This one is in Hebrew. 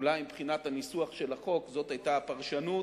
אולי מבחינת הניסוח של החוק זאת היתה הפרשנות.